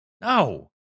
No